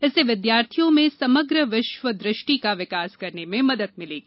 इससे विद्यार्थियों में समग्र विश्व दृष्टि का विकास करने में मदद मिलेगी